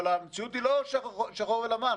אבל המציאות היא לא שחור ולבן,